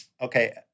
okay